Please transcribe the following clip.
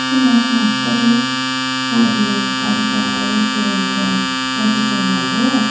सुन्नु होस् न तपाईँ दार्जिलिङ कालिका रेस्टुरेन्टको दाजु बोल्नु भएको हो